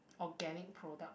organic product